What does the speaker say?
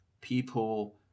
people